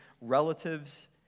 relatives